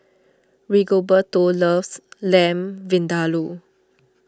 Rigoberto loves Lamb Vindaloo